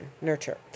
nurture